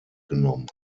genommen